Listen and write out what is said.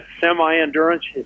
semi-endurance